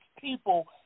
people